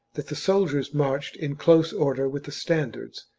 that the soldiers marched in close order with the standards,